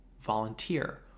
volunteer